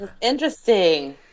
interesting